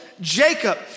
Jacob